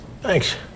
thanks